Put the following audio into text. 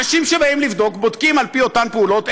האנשים שבאים לבדוק בודקים על-פי אותן פעולות,